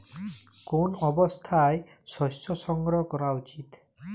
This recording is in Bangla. কোন অবস্থায় শস্য সংগ্রহ করা উচিৎ?